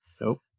Nope